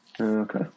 Okay